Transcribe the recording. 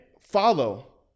follow